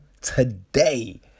today